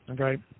Okay